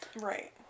right